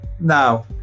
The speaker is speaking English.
Now